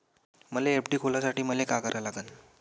मले एफ.डी खोलासाठी मले का करा लागन?